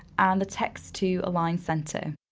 and the text to align center.